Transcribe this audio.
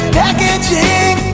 packaging